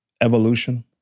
evolution